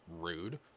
Rude